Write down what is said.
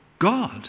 God